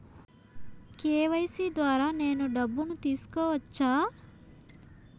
KYC ద్వారా నేను డబ్బును తీసుకోవచ్చా?